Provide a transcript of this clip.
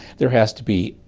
there has to be,